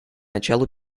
началу